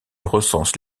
recense